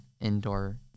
indoor